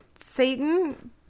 Satan